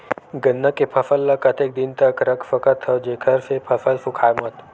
गन्ना के फसल ल कतेक दिन तक रख सकथव जेखर से फसल सूखाय मत?